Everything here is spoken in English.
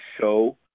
show